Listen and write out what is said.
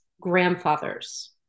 grandfather's